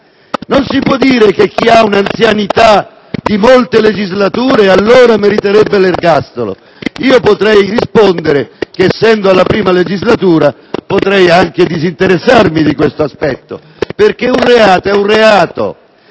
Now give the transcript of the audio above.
non si può dire che chi ha una anzianità di molte legislature meriterebbe allora l'ergastolo. Potrei rispondere che, essendo alla prima legislatura, mi disinteresso di questo aspetto perché un reato è reato.